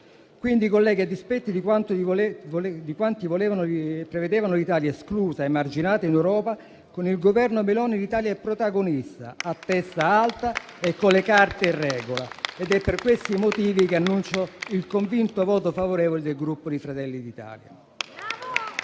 colleghi, a dispetto di quanti prevedevano un'Italia esclusa ed emarginata in Europa, con il Governo Meloni l'Italia è protagonista, a testa alta e con le carte in regola. È per questi motivi che annuncio il convinto voto favorevole del Gruppo Fratelli d'Italia.